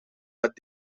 dat